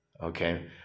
Okay